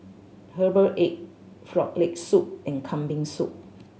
Herbal Egg Frog Leg Soup and Kambing Soup